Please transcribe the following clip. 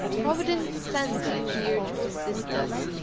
providence sends you here to assist us.